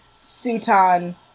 Sutan